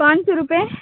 پان سو روپیے